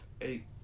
eight